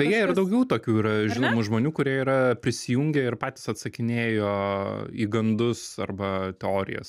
beje ir daugiau tokių yra žinomų žmonių kurie yra prisijungę ir patys atsakinėjo į gandus arba teorijas